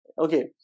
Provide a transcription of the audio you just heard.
okay